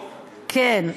החוק, כן,